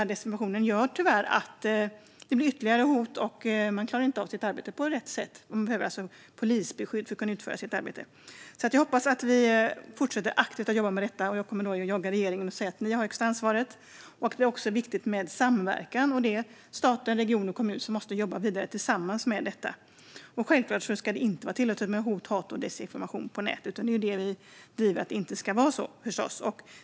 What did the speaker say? Och desinformationen gör tyvärr att det blir ytterligare hot, och de klarar inte av sitt arbete på rätt sätt. De behöver polisbeskydd för att kunna utföra sitt arbete. Jag hoppas alltså att man fortsätter att jobba aktivt med detta. Jag kommer att fortsätta att jaga er i regeringen och säga att ni har högsta ansvaret, Anders Ygeman. Det är också viktigt med samverkan, och det är stat, region och kommun som måste jobba vidare med detta tillsammans. Självklart ska det inte var tillåtet med hot, hat och desinformation på nätet. Det vi driver är förstås att det inte ska vara så här.